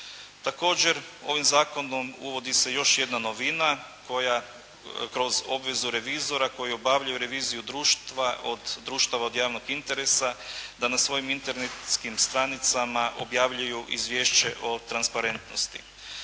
Također, ovim Zakonom uvodi se još jedna novina koja kroz obvezu revizora koji obavljaju reviziju društva od društava od javnog interesa da na svojim internetskim stranicama objavljuju izvješće o transparentnosti.